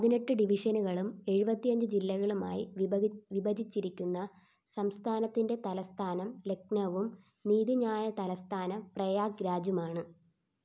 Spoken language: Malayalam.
പതിനെട്ട് ഡിവിഷനുകളും എഴുപത്തി അഞ്ച് ജില്ലകളുമായി വിഭജിച്ചിരിക്കുന്ന സംസ്ഥാനത്തിന്റെ തലസ്ഥാനം ലക്നൌവും നീതിന്യായതലസ്ഥാനം പ്രയാഗ് രാജുമാണ്